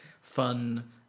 fun